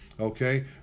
okay